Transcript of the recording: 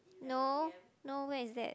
no no where is that